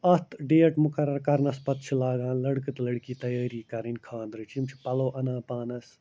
اَتھ ڈیٹ مُقرر کرنَس پتہٕ چھُ لاگان لڑکہ تہٕ لڑکی تیٲری کَرٕنۍ خاندرٕچ یِم چھِ پَلَو اَنان پانَس